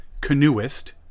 canoeist